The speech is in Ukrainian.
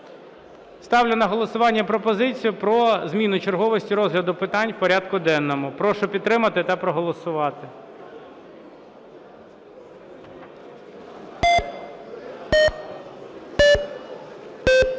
Ставлю на голосування пропозицію про зміну черговості розгляду питань в порядку денному. Прошу підтримати та проголосувати.